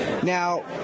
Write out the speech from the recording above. Now